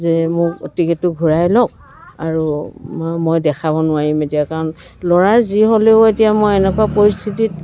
যে মোৰ টিকেটটো ঘুৰাই লওক আৰু ম মই দেখাব নোৱাৰিম এতিয়া কাৰণ ল'ৰাৰ যি হ'লেও এতিয়া মই এনেকুৱা পৰিস্থিতিত